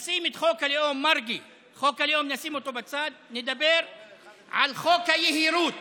נשים את חוק הלאום בצד ונדבר על חוק היהירות